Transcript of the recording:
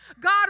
God